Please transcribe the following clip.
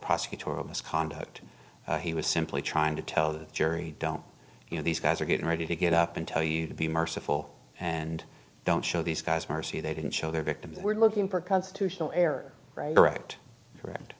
prosecutorial misconduct and he was simply trying to tell the jury don't you know these guys are getting ready to get up and tell you to be merciful and don't show these guys mercy they didn't show their victims we're looking for constitutional error right right